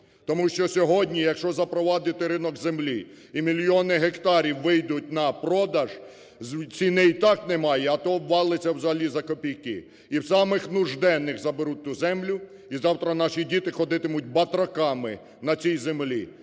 Тому що сьогодні, якщо запровадити ринок землі і мільйони гектарів вийдуть на продаж, ціни і так немає, а то обвалиться взагалі за копійки, і в самих нужденних заберуть ту землю, і завтра наші діти ходитимуть батраками на цій землі.